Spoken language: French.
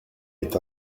est